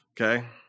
Okay